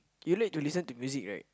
you need to listen to music right